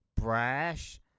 brash